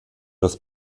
das